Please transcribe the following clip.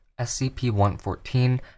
SCP-114